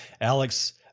Alex